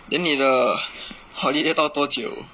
then 你的 holiday 到多久